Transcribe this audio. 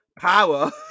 power